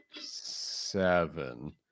seven